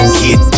get